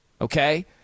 Okay